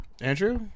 Andrew